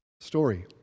story